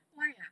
why ah